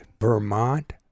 Vermont